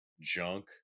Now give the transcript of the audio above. junk